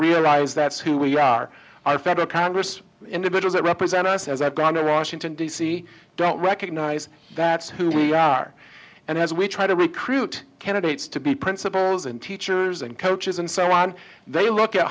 realize that's who we are our federal congress individual represent us as i've gone around washington d c don't recognize that's who we are and as we try to recruit candidates to be principals and teachers and coaches and so on they look at